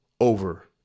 over